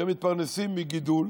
שמתפרנסים מגידול,